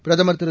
பிரதமர் திரு